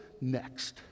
next